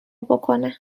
بکنم